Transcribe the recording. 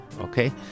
Okay